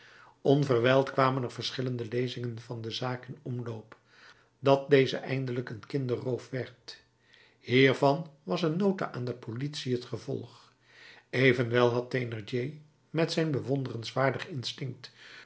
onverwijld kwamen er verschillende lezingen van de zaak in omloop dat deze eindelijk een kinderroof werd hiervan was een nota aan de politie het gevolg evenwel had thénardier met zijn bewonderenswaardig instinct